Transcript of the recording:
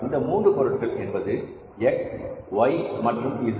இந்த 3 பொருட்கள் என்பது X Y மற்றும் Z